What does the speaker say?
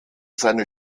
seine